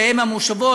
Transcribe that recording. באם-המושבות,